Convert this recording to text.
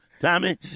Tommy